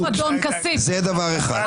זה דבר אחד.